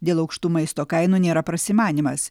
dėl aukštų maisto kainų nėra prasimanymas